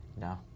No